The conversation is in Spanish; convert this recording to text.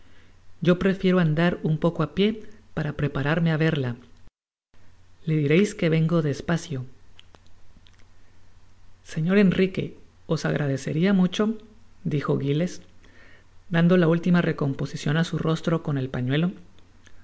yo prefiero andar un poco á pié para prepararme á verla le direis que vengo despacio señor enrique os agradeceria mucho dijo giles dando la última recomposicion á su rostro con el pañuelo os